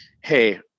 hey